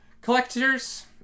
Collectors